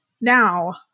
now